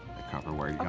the copper wire,